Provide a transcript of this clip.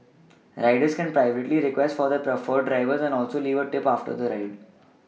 riders can privately request for their preferred drivers and also leave a tip after the ride